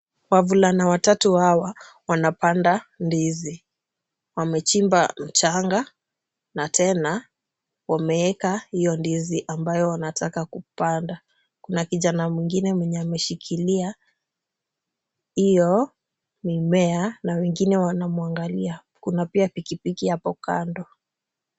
Wavulana watatu hawa wanapanda ndizi, wamechimba mchanga na tena wameweka hiyo ndizi ambayo wanataka kupanda. Kuna kijana mwingine mwenye ameshikilia hiyo mimea na wengine wanamwangalia, kuna pia pikipiki hapo kando.